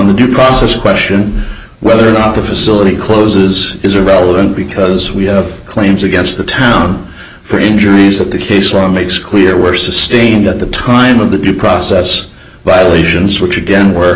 the due process question whether or not the facility closes is irrelevant because we have claims against the town for injuries that the case law makes clear were sustained at the time of the due process by lesions which again w